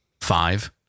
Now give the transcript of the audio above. five